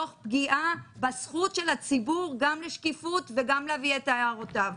תוך פגיעה בזכות של הציבור גם לשקיפות וגם להביא את הערותיו.